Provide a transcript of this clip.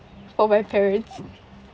for my parents